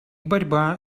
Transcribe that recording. борьба